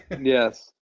Yes